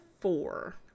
four